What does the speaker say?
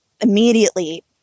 immediately